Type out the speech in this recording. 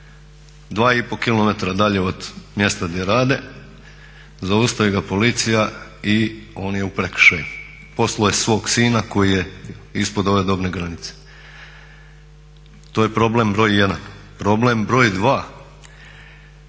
dalje od mjesta gdje rade, zaustavi ga policija i on je u prekršaju. Poslao je svog sina koji je ispod ove dobne granice. To je problem broj jedan. Problem broj dva.